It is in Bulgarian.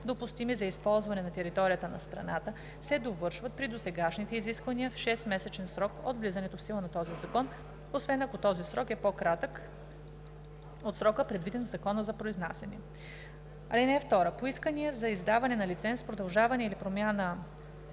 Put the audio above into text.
допустими за използване на територията на страната, се довършват при досегашните изисквания в 6-месечен срок от влизането в сила на този закон, освен ако този срок е по кратък от срока, предвиден в закона за произнасяне. (2) По искания за издаване на лиценз, продължаване или промяна